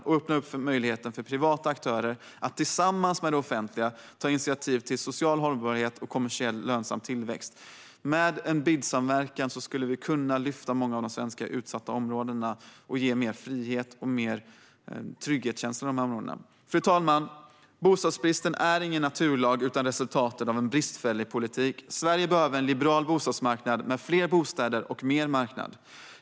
Det öppnar upp för möjligheten för privata aktörer att tillsammans med det offentliga ta initiativ till social hållbarhet och kommersiellt lönsam tillväxt. Med BID-samverkan skulle vi kunna lyfta många av de svenska utsatta områdena och ge mer frihet och skapa en större känsla av trygghet där. Fru talman! Bostadsbristen styrs inte av någon naturlag utan är resultatet av bristfällig politik. Sverige behöver en liberal bostadsmarknad med fler bostäder och mer marknad.